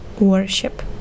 worship